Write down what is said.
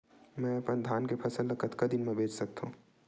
मैं अपन धान के फसल ल कतका दिन म बेच सकथो?